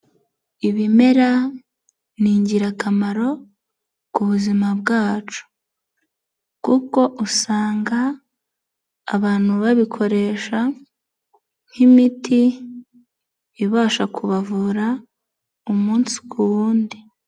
Ibimera ni ingirakamaro ku buzima bwacu kuko usanga abantu babikoresha nk'imiti ibasha kubavura umunsi ku wundi.